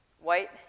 white